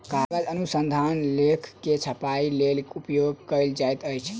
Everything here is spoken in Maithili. कागज अनुसंधान लेख के छपाईक लेल उपयोग कयल जाइत अछि